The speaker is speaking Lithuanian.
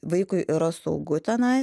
vaikui yra saugu tenai